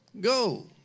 Go